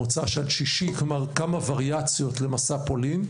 כמה וריאציות למשא פולין.